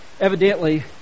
Evidently